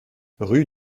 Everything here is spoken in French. rue